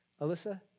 Alyssa